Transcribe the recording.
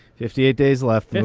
fifty eight days left, and